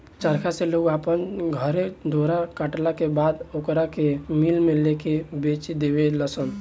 चरखा से लोग अपना घरे डोरा कटला के बाद ओकरा के मिल में लेके बेच देवे लनसन